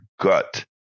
gut